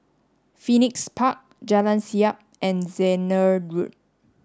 Phoenix Park Jalan Siap and Zehnder Road